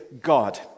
God